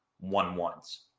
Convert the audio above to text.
one-ones